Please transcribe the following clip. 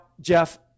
Jeff